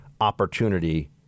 opportunity